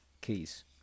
keys